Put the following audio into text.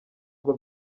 ngo